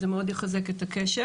זה מאוד יחזק את הקשר.